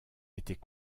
était